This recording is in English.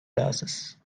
glasses